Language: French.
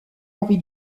henri